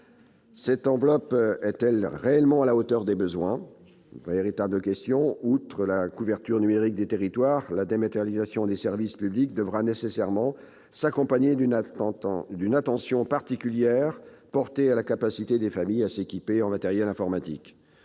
Cette enveloppe est-elle réellement à la hauteur des besoins ? C'est une véritable question ! Outre la couverture numérique des territoires, la dématérialisation des services publics devra nécessairement s'accompagner d'une attention particulière portée à la capacité des familles à s'équiper en matériel informatique.